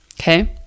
Okay